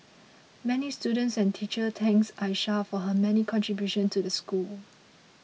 many students and teachers thanks Aisha for her many contributions to the school